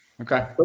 okay